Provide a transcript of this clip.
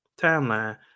timeline